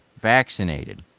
vaccinated